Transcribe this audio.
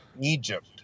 Egypt